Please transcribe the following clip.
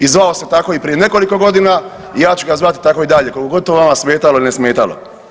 I zvao sam tako i prije nekoliko godina i ja ću ga zvati tako i dalje koliko god to vama smetalo ili ne smetalo.